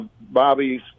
Bobby's